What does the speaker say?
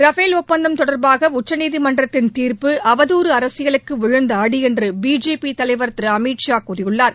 Rafale ஒப்பந்தம் தொடர்பாக உச்சநீதிமன்றத்தின் தீர்ப்பு அவதூறு அரசியலுக்கு விழுந்த அடி என்று பிஜேபி தலைவர் திரு அமித்ஷா கூறியுள்ளார்